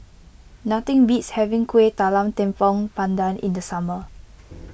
nothing beats having Kueh Talam Tepong Pandan in the summer